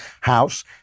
house